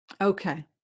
Okay